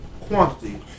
quantity